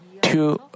two